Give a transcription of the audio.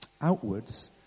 Outwards